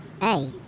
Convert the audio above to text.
Hey